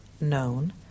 known